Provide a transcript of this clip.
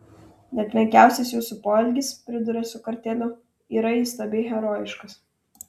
net menkiausias jūsų poelgis priduria su kartėliu yra įstabiai herojiškas